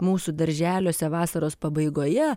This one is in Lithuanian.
mūsų darželiuose vasaros pabaigoje